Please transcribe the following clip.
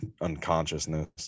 unconsciousness